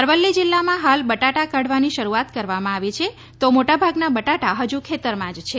અરવલ્લી જિલ્લામાં ફાલ બટાટા કાઢવાની શરૂઆત કરવામાં આવી છે તો મોટા ભાગના બટાટા ફજુ ખેતરમાં જ છે